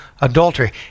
adultery